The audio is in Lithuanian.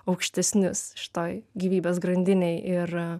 aukštesnius šitoj gyvybės grandinėj ir